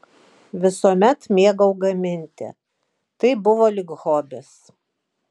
visuomet mėgau gaminti tai buvo lyg hobis